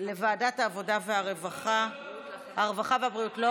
ותעבור לוועדת העבודה, הרווחה והבריאות.